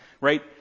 right